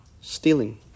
stealing